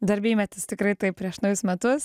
darbymetis tikrai taip prieš naujus metus